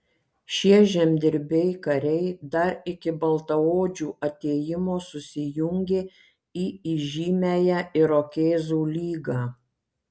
šie žemdirbiai kariai dar iki baltaodžių atėjimo susijungė į įžymiąją irokėzų lygą